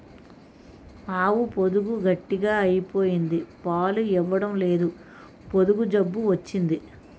ఆవు పొదుగు గట్టిగ అయిపోయింది పాలు ఇవ్వడంలేదు పొదుగు జబ్బు వచ్చింది